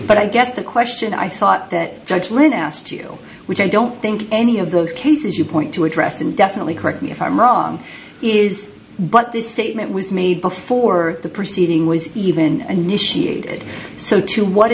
but i guess the question i thought that judge lynn asked you which i don't think any of those cases you point to address and definitely correct me if i'm wrong is but this statement was made before the proceeding was even an issue so to what